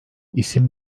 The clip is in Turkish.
isim